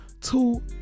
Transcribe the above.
Two